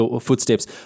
footsteps